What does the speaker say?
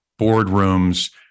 boardrooms